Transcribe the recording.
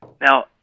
Now